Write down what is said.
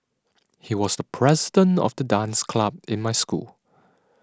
he was the president of the dance club in my school